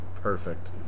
perfect